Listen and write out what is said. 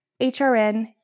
HRN